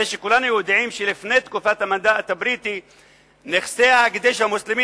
הרי כולנו יודעים שלפני תקופת המנדט הבריטי נכסי ההקדש המוסלמי